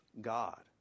God